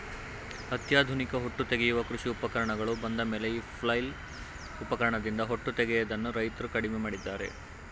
ಅತ್ಯಾಧುನಿಕ ಹೊಟ್ಟು ತೆಗೆಯುವ ಕೃಷಿ ಉಪಕರಣಗಳು ಬಂದಮೇಲೆ ಈ ಫ್ಲೈಲ್ ಉಪಕರಣದಿಂದ ಹೊಟ್ಟು ತೆಗೆಯದನ್ನು ರೈತ್ರು ಕಡಿಮೆ ಮಾಡಿದ್ದಾರೆ